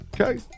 Okay